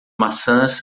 maçãs